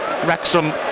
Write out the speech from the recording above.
Wrexham